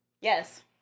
Yes